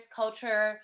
culture